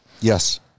Yes